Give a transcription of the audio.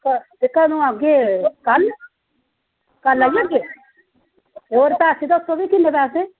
ते कदूं आह्गे कल्ल कल्ल आई जाह्गे होर पैसे दस्सो भी किन्ने पैसे